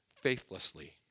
faithlessly